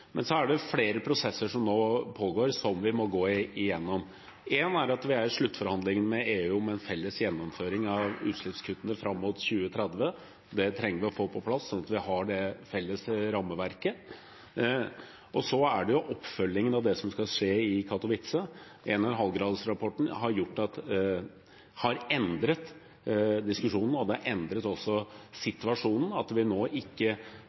er flere prosesser som nå pågår, som vi må gå gjennom. Én er at vi er i sluttforhandlingene med EU om en felles gjennomføring av utslippskuttene fram mot 2030. Det trenger vi å få på plass, sånn at vi har det felles rammeverket. Så er det oppfølgingen og det som skal skje i Katowice. 1,5-gradersrapporten har endret diskusjonen, og den har også endret situasjonen. Det holder ikke å ha 2 grader oppvarming som mål, vi